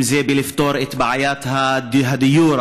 אם זה בלפתור את בעיית הדיור,